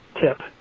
tip